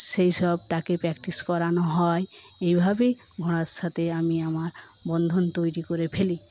সেইসব তাকে প্র্যাকটিস করানো হয় এইভাবেই ঘোড়ার সাথে আমি আমার বন্ধন তৈরি করে ফেলি